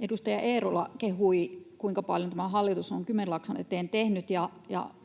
Edustaja Eerola kehui, kuinka paljon tämä hallitus on Kymenlaakson eteen tehnyt,